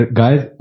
guys